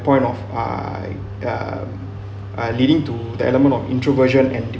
point of uh um uh leading to the element of introversion and